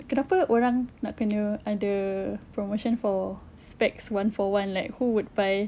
kenapa orang nak kena ada promotion for specs one for one like who would buy